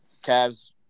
Cavs